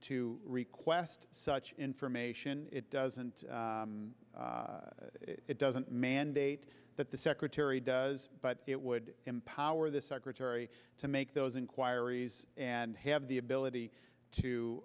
to request such information it doesn't it doesn't mandate that the secretary does but it would empower the secretary to make those inquiries and have the ability to